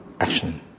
action